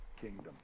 kingdom